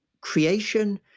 creation